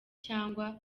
cyangwa